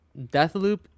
Deathloop